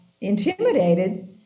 intimidated